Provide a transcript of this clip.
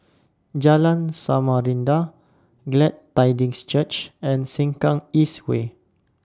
Jalan Samarinda Glad Tidings Church and Sengkang East Way